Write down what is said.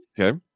Okay